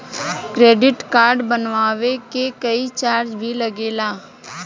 Credit card बनवावे के कोई चार्ज भी लागेला?